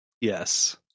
Yes